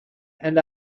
and